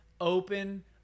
open